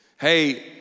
Hey